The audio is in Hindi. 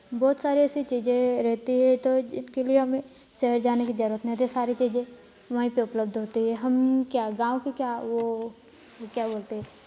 बहुत सारी ऐसी चीज़ें रहती हैं तो जिनके लिए हमें शहर जाने की ज़रूरत नहीं है सारी चीज़ें वहीं पर उपलब्ध होती है हम क्या गाँव के क्या वो क्या बोलते हैं